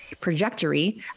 trajectory